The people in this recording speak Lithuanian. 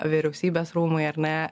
vyriausybės rūmai ar ne